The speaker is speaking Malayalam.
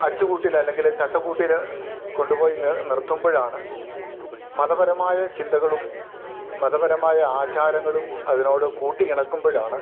അച്ചുകൂട്ടിൽ അല്ലെങ്കിൽ ചട്ടക്കൂട്ടിൽ കൊണ്ടുപോയി നിർത്തുമ്പോഴാണ് മതപരമായ ചിന്തകളും മതപരമായ ആചാരങ്ങളും അതിനോട് കൂട്ടി ഇണക്കുമ്പോഴാണ്